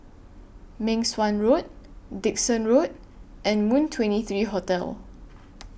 Meng Suan Road Dickson Road and Moon twenty three Hotel